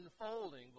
unfolding